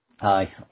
Hi